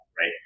right